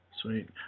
Sweet